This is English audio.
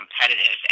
competitive